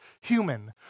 human